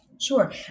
Sure